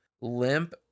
Limp